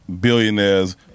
billionaires